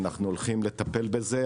אנחנו הולכים לטפל בזה,